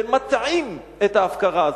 ומטעים את ההפקרה הזאת.